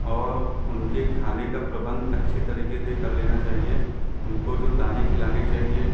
और उनके खाने का प्रबन्ध अच्छे तरीके से कर लेना चाहिए उनको जो दाने खिलाने चाहिए